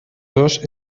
dos